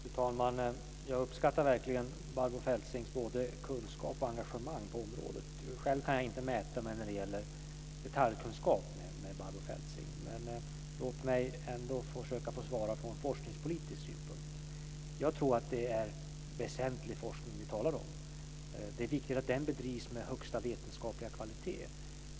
Fru talman! Jag uppskattar verkligen Barbro Feltzings både kunskap och engagemang på området. Själv kan jag inte mäta mig när det gäller detaljkunskap med Barbro Feltzing. Men låt mig ändå försöka svara från forskningspolitisk synpunkt. Jag tror att det är väsentlig forskning vi talar om. Det är viktigt att den bedrivs med högsta vetenskapliga kvalitet.